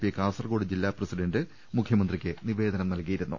P Kasaragod ജില്ലാ president മുഖ്യമന്ത്രിക്ക് നിവേദനം നൽകിയിരുന്നു